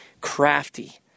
crafty